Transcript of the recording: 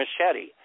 machete